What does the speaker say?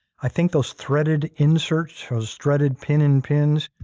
i think those threaded inserts, those threaded pin in pins